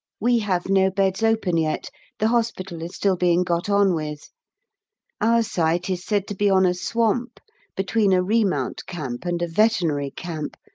we have no beds open yet the hospital is still being got on with our site is said to be on a swamp between a remount camp and a veterinary camp,